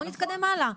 בואו נתקדם הלאה.